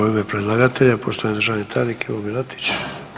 u ime predlagatelja, poštovani državni tajnik Ivo Milatić.